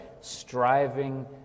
striving